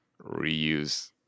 reuse